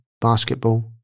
basketball